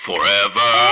Forever